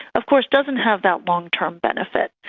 of course doesn't have that long-term benefit.